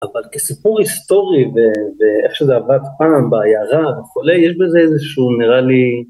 אבל כסיפור היסטורי ואיך שזה עבד פעם בעיירה וכולי, יש בזה איזשהו נראה לי